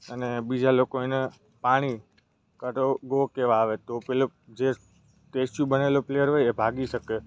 અને બીજા લોકો એને પાણી કાં તો ગો કહેવા આવે તો પેલું જે સ્ટેચ્યુ બનેલો પ્લેયર હોય એ ભાગી શકે